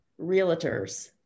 realtors